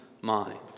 mind